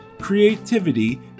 creativity